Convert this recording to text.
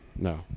No